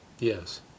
Yes